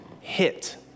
hit